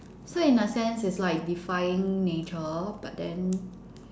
so in a sense is like defying nature but then